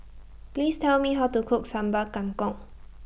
Please Tell Me How to Cook Sambal Kangkong